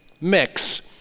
mix